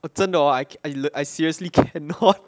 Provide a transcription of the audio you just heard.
我真的 hor I I le~ I seriously cannot